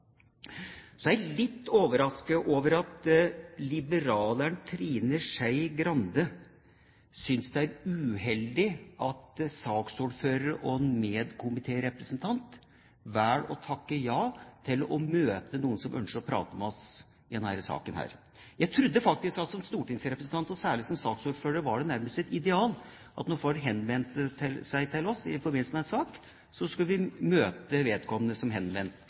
å takke ja til å møte noen som ønsker å prate med oss i denne saken. Jeg trodde faktisk at for en stortingsrepresentant, og særlig en saksordfører, var det nærmest et ideal at når noen henvendte seg til oss i forbindelse med en sak, så skulle vi møte vedkommende som